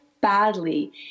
badly